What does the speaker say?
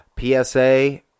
psa